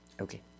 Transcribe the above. Okay